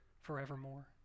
forevermore